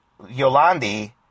Yolandi